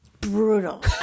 brutal